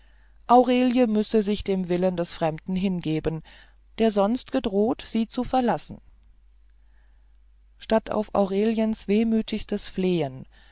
aurelie müsse sich dem willen des fremden hingeben der sonst gedroht sie zu verlassen statt auf aureliens wehmütigstes flehen